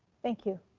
thank you.